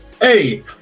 hey